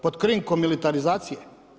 Pod krinkom militarizacije?